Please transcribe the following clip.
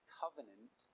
covenant